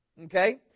Okay